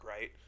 right